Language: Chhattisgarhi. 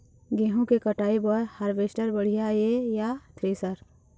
गेहूं के कटाई बर हारवेस्टर बढ़िया ये या थ्रेसर?